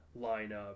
lineup